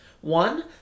One